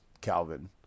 Calvin